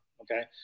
Okay